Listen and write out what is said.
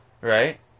right